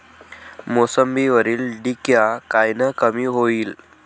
मोसंबीवरील डिक्या कायनं कमी होईल?